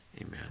Amen